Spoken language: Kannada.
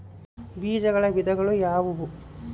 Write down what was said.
ಬೇಜಗಳ ವಿಧಗಳು ಯಾವುವು?